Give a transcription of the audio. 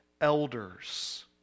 elders